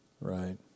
Right